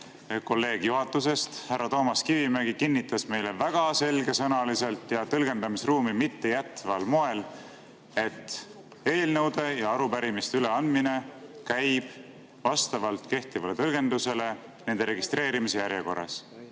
kolleeg juhatusest, härra Toomas Kivimägi, kinnitas meile väga selgesõnaliselt ja tõlgendamisruumi mitte jätval moel, et eelnõude ja arupärimiste üleandmine käib vastavalt kehtivale tõlgendusele nende registreerimise järjekorras.